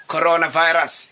Coronavirus